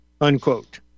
Unquote